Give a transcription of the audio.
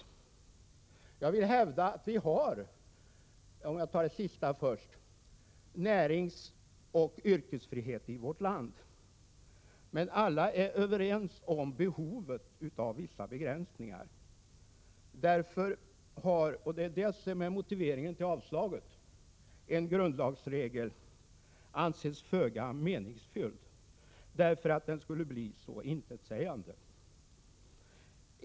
Jag vill hävda — om jag tar det sista först — att vi har näringsoch yrkesfrihet i vårt land, men alla är överens om behovet av vissa begränsningar. Det är det som är motivet till avslagsyrkandet. En grundlagsregel anses föga meningsfylld därför att den skulle blir så intetsägande på grund av undantagen.